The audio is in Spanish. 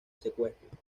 secuestro